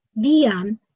Vian